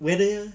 whether